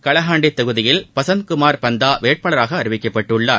கலாகண்டி தொகுதியில் பசந்த குமார் பந்தா வேட்பாளராக அறிவிக்கப்பட்டுள்ளார்